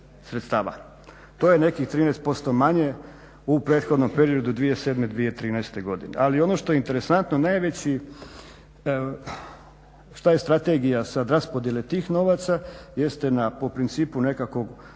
To je nekih 13% manje u prethodnom periodu 2007.-2013. godine. Ali ono što je interesantno najveći šta je strategija sad raspodjele tih novaca jeste po principu nekakvog